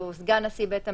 או סגן נשיא בית המשפט,